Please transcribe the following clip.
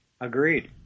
Agreed